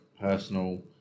personal